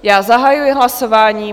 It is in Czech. Já zahajuji hlasování.